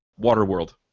Waterworld